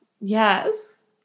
yes